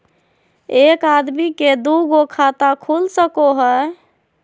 एक आदमी के दू गो खाता खुल सको है?